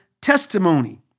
testimony